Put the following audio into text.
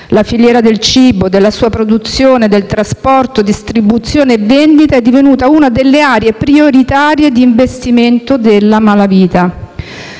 La filiera del cibo, della sua produzione, del trasporto, della distribuzione e della vendita è divenuta una delle aree prioritarie di investimento della malavita,